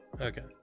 okay